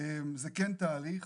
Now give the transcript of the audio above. זה כן תהליך.